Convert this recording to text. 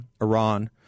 Iran